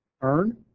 earn